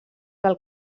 del